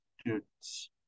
students